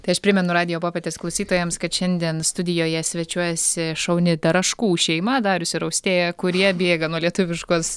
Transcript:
tai aš primenu radijo popietės klausytojams kad šiandien studijoje svečiuojasi šauni daraškų šeima darius ir austėja kurie bėga nuo lietuviškos